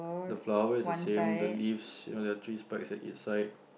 the flower is the same the leaves you know the trees part is at each side